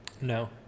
No